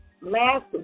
Last